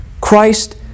Christ